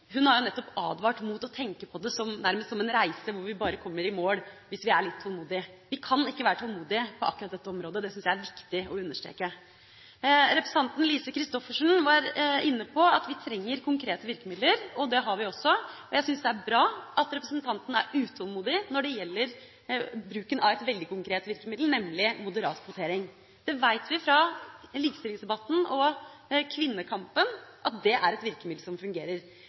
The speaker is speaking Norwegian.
har nettopp advart mot å tenke på det nærmest som en reise, hvor vi kommer i mål bare vi er litt tålmodige. Vi kan ikke være tålmodige på dette området. Det syns jeg er viktig å understreke. Representanten Lise Christoffersen var inne på at vi trenger konkrete virkemidler. Det har vi også. Jeg syns det er bra at representanten er utålmodig når det gjelder bruken av et veldig konkret virkemiddel, nemlig moderat kvotering. Vi veit fra likestillingsdebatten og kvinnekampen at det er et virkemiddel som fungerer.